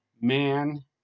man